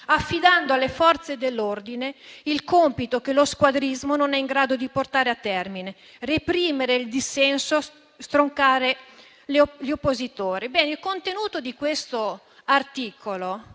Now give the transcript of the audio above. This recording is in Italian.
affidando alle Forze dell'ordine il compito che lo squadrismo non è in grado di portare a termine. Reprimere il dissenso, stroncare gli oppositori». Ebbene, il contenuto di questo articolo